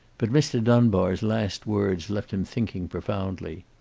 but mr. dunbar's last words left him thinking profoundly.